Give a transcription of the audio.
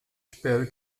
espero